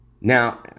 Now